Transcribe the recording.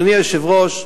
אדוני היושב-ראש,